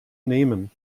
nehmen